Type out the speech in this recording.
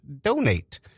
donate